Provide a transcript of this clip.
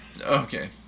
Okay